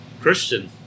Christian